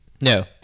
No